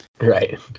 right